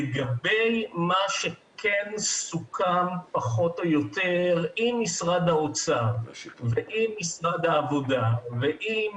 לגבי מה שכן סוכם פחות או יותר עם משרד האוצר ועם משרד העבודה ועם